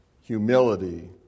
Humility